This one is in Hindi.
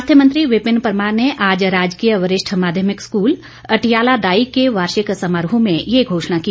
स्वास्थ्य मंत्री विपिन परमार ने आज राजकीय वरिष्ठ माध्यमिक स्कूल अटियाला दाई के वार्षिक समारोह में ये घोषणा की